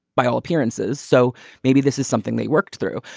by all appearances. so maybe this is something they worked through.